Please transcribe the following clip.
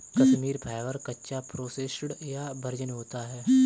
Kashmiri fibre, कच्चा, processed या virgin होता है